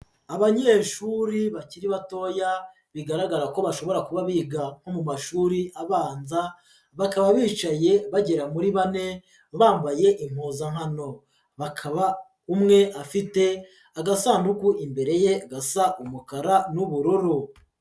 Abanyeshuri bakiri batoya bigaragara ko bashobora kuba biga nko mu mashuri abanza, bakaba bicaye bagera muri bane bambaye impuzankano, bakaba umwe afite agasanduku imbere ye gasa umukara n'ubururu.